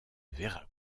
vera